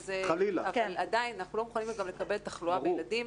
אבל עדיין אנחנו לא מוכנים גם לקבל תחלואה בילדים,